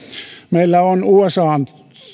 meillä on usan